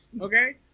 Okay